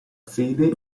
fede